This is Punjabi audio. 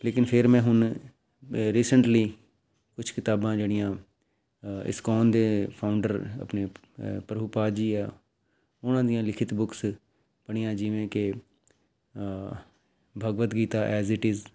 ਲੇਕਿਨ ਫਿਰ ਮੈਂ ਹੁਣ ਰੀਸੈਂਟਲੀ ਕੁਛ ਕਿਤਾਬਾਂ ਜਿਹੜੀਆਂ ਅ ਇਸਕੌਨ ਦੇ ਫਾਊਂਡਰ ਆਪਣੇ ਅ ਪ੍ਰਭੂਪਾਧ ਜੀ ਆ ਉਹਨਾਂ ਦੀਆਂ ਲਿਖਿਤ ਬੁੱਕਸ ਪੜ੍ਹੀਆਂ ਜਿਵੇਂ ਕਿ Bhagavad Gita as it is